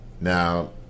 Now